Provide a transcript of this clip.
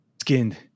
Skinned